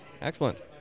Excellent